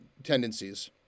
tendencies